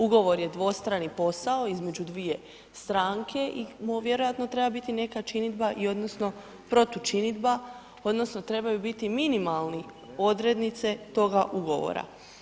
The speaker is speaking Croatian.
Ugovor je dvostrani posao između 2 stranke i vjerojatno treba biti neka činidba i odnosno protučinidba odnosno trebaju biti minimalne odrednice toga ugovora.